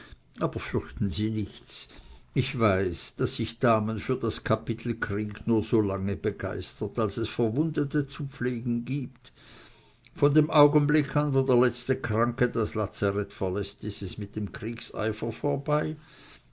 aber fürchten sie nichts ich weiß daß sich damen für das kapitel krieg nur so lange begeistern als es verwundete zu pflegen gibt von dem augenblick an wo der letzte kranke das lazarett verläßt ist es mit dem kriegseifer vorbei